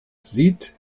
sieht